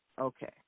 Okay